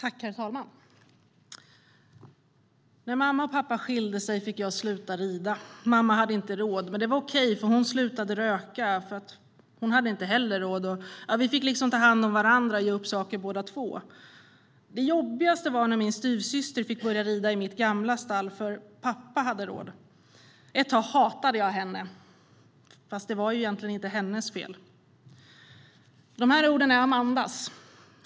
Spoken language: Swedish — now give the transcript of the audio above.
Herr talman! När mamma och pappa skilde sig fick jag sluta rida. Mamma hade inte råd. Men det var okej, för hon slutade röka, för hon hade inte heller råd. Vi fick liksom ta hand om varandra och ge upp saker båda två. Det jobbigaste var när min styvsyster fick börja rida i mitt gamla stall, för pappa hade råd. Ett tag hatade jag henne, fast det var ju egentligen inte hennes fel. De här orden är Amandas.